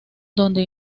donde